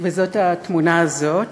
וזאת התמונה הזאת,